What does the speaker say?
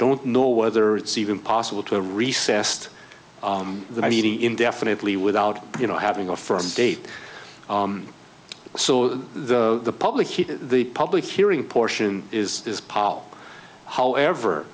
don't know whether it's even possible to recessed the meeting indefinitely without you know having a for a date so the public the public hearing portion is paul however